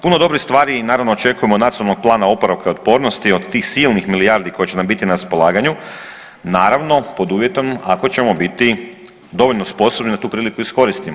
Puno dobrih stvari i naravno očekujemo od Nacionalnog plana oporavka i otpornosti, od tih silnih milijardi koje će nam biti na raspolaganju, naravno, pod uvjetom ako ćemo biti dovoljno sposobni da tu priliku iskoristimo.